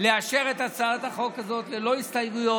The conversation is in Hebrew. לאשר את הצעת החוק הזאת ללא הסתייגויות,